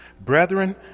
Brethren